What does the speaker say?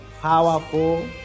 powerful